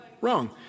Wrong